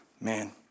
man